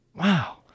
Wow